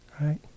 Right